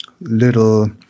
little